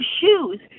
shoes